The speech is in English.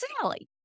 Sally